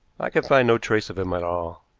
i can find no trace of him at all.